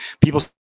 people